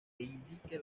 indique